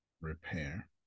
repair